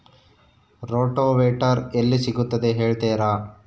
Rotavator ಎಲ್ಲಿ ಸಿಗುತ್ತದೆ ಹೇಳ್ತೇರಾ?